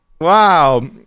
Wow